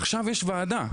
עכשיו יש ועדה,